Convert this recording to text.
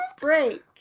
break